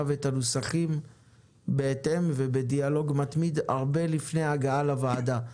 והנוסחים בהתאם ובדיאלוג מתמיד הרבה לפני ההגעה לוועדה.